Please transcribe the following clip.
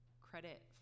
credit